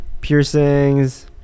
piercings